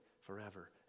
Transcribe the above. forever